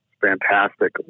fantastic